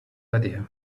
idea